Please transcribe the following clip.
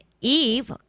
Eve